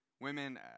Women